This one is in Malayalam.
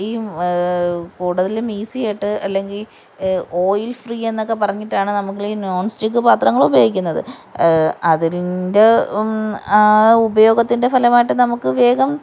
ഈ കൂടുതലും ഈസിയായിട്ട് അല്ലെങ്കിൽ ഓയിൽ ഫ്രീയെന്നൊക്കെ പറഞ്ഞിട്ടാണ് നമ്മളീ നോൺ സ്റ്റിക്ക് പാത്രങ്ങളുപയോഗിക്കുന്നത് അതിന്റെ ആ ഉപയോഗത്തിന്റെ ഫലമായിട്ട് നമുക്ക് വേഗം